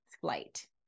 flight